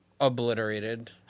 obliterated